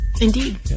Indeed